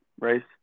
race